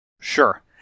Sure